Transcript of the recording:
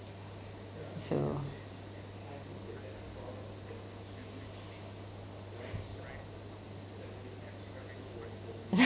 so